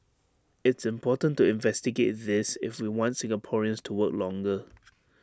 it's important to investigate this if we want Singaporeans to work longer